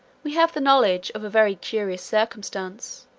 we have the knowledge of a very curious circumstance,